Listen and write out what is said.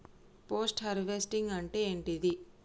Post harvesting అంటే ఏంటిది?